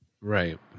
Right